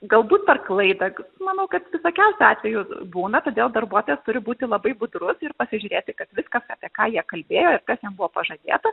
galbūt per klaidą manau kad visokiausių atvejų būna todėl darbuotojas turi būti labai budrus ir pasižiūrėti kad viskas apie ką jie kalbėjo ir kas jiem buvo pažadėta